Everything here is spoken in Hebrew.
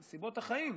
מנסיבות החיים: